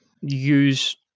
use